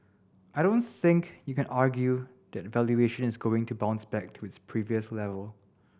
I don't think you can argue that valuation is going to bounce back to its previous level